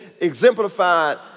exemplified